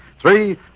Three